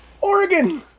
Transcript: Oregon